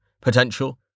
potential